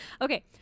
Okay